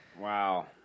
Wow